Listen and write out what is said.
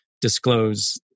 disclose